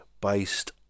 based